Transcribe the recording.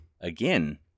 again